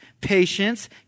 patience